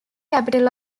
capital